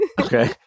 Okay